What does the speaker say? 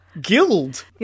Guild